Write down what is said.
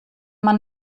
man